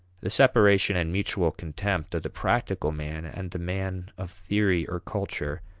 the separation and mutual contempt of the practical man and the man of theory or culture,